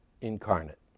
incarnate